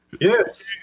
Yes